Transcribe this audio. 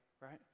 right